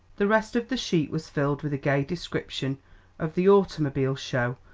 the rest of the sheet was filled with a gay description of the automobile show,